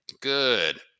Good